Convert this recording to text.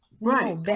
Right